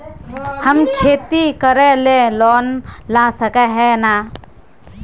हम खेती करे ले लोन ला सके है नय?